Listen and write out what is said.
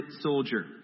soldier